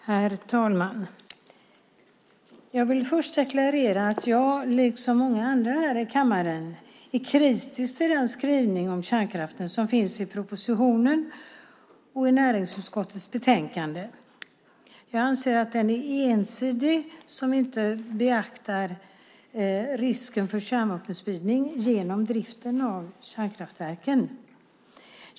Herr talman! Jag vill först deklarera att jag, liksom många andra här i kammaren, är kritisk till den skrivning om kärnkraften som finns i propositionen och i näringsutskottets betänkande. Jag anser att den är ensidig och inte beaktar risken för kärnvapenspridning genom driften av kärnkraftverken.